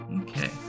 okay